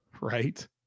Right